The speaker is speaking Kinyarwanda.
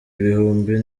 ibihumbi